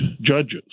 judges